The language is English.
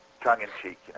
tongue-in-cheek